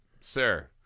Sir